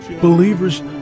Believers